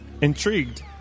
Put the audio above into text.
Intrigued